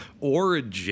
origin